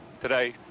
today